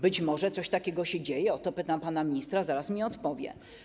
Być może coś takiego się dzieje, o to pytam pana ministra, zaraz mi odpowie.